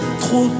trop